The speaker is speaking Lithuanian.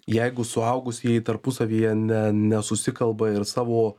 jeigu suaugusieji tarpusavyje ne nesusikalba ir savo